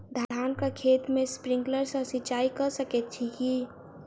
धानक खेत मे स्प्रिंकलर सँ सिंचाईं कऽ सकैत छी की?